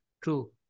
True